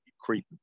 creeping